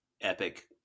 epic